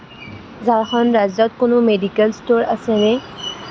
ঝাৰখণ্ড ৰাজ্যত কোনো medical store আছেনে